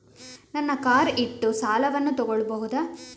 ನನ್ನ ಕಾರ್ ಇಟ್ಟು ಸಾಲವನ್ನು ತಗೋಳ್ಬಹುದಾ?